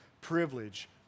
privilege